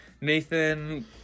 Nathan